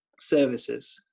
services